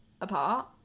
apart